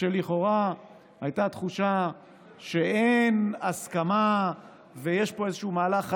כשלכאורה הייתה תחושה שאין הסכמה ויש פה איזשהו מהלך חד-צדדי.